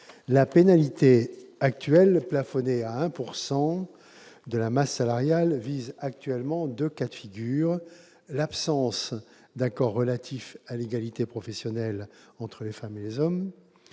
La pénalité plafonnée à 1 % de la masse salariale vise actuellement deux cas de figure : l'absence d'accord relatif à l'égalité professionnelle entre les femmes et les hommes